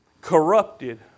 corrupted